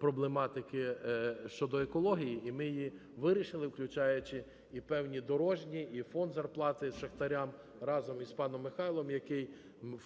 проблематики щодо екології. І ми її вирішили, включаючи і певні дорожні, і фонд зарплати шахтарям разом із паном Михайлом, який